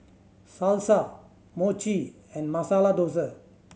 Salsa Mochi and Masala Dosa